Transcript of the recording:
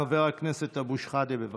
חבר הכנסת אבו שחאדה, בבקשה.